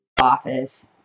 Office